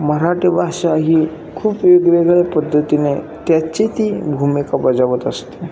मराठी भाषा ही खूप वेगवेगळ्या पद्धतीने त्याची ती भूमिका बजावत असते